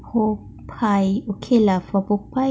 popeyes okay lah for popeyes